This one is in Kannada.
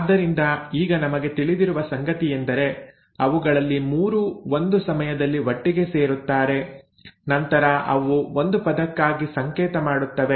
ಆದ್ದರಿಂದ ಈಗ ನಮಗೆ ತಿಳಿದಿರುವ ಸಂಗತಿಯೆಂದರೆ ಅವುಗಳಲ್ಲಿ 3 ಒಂದು ಸಮಯದಲ್ಲಿ ಒಟ್ಟಿಗೆ ಸೇರುತ್ತಾರೆ ನಂತರ ಅವು ಒಂದು ಪದಕ್ಕಾಗಿ ಸಂಕೇತ ಮಾಡುತ್ತವೆ